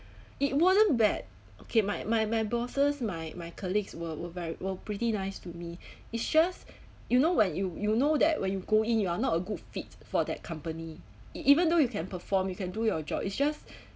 it wasn't bad okay my my my bosses my my colleagues were were very were pretty nice to me it's just you know when you you know that when you go in you are not a good fit for that company e~ even though you can perform you can do your job it's just